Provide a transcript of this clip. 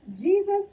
Jesus